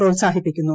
പ്രോത്സാഹിപ്പിക്കുന്നു